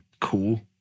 cool